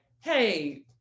Hey